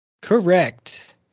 Correct